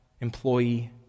employee